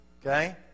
Okay